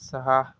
सहा